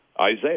Isaiah